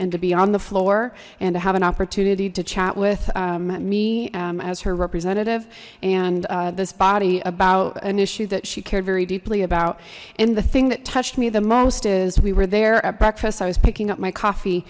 and to be on the floor and to have an opportunity to chat with me as her representative and this body about an issue that she cared very deeply about and the thing that touched me the most is we were there at breakfast i was picking up my coffee